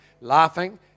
Laughing